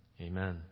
amen